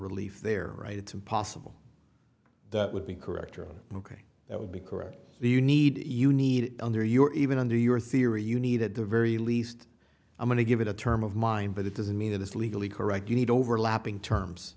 relief there right it's impossible that would be correct or ok that would be correct the you need you need it under your even under your theory you need at the very least i'm going to give it a term of mine but it doesn't mean that it's legally correct you need overlapping terms